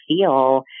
feel